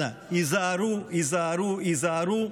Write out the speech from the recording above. אנא היזהרו, היזהרו,